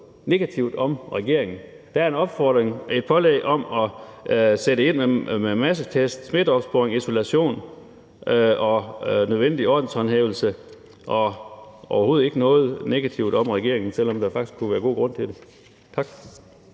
negativt om regeringen; der er et pålæg om at sætte ind med massetest, smitteopsporing, isolation og nødvendig ordenshåndhævelse – og overhovedet ikke noget negativt om regeringen, selv om der faktisk kunne være god grund til det. Tak.